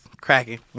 cracking